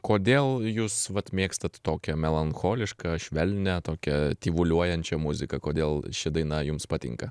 kodėl jūs vat mėgstat tokią melancholišką švelnią tokią tyvuliuojančią muziką kodėl ši daina jums patinka